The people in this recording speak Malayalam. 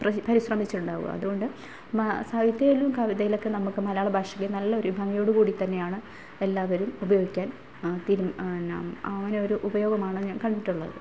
പരിശ്രമിച്ചിട്ടുണ്ടാവുക അതുകൊണ്ട് സാഹിത്യമായാലും കവിതയിലൊക്കെ നമുക്ക് മലയാള ഭാഷയ്ക്ക് നല്ലൊരു ഭംഗിയോടൂ കൂടിത്തന്നെയാണ് എല്ലാവരും ഉപയോഗിക്കാൻ എന്നാൽ അങ്ങനെ ഒരു ഉപയോഗമാണ് ഞാൻ കണ്ടിട്ടുള്ളത്